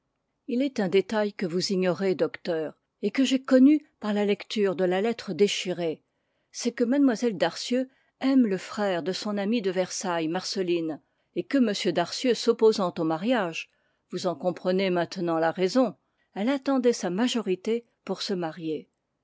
il est un détail que vous ignorez docteur et que j'ai connu par la lecture de la lettre déchirée c'est que mlle darcieux aime le frère de son amie de versailles marceline et que m darcieux s'opposant au mariage vous en comprenez maintenant la raison elle attendait sa majorité pour se marier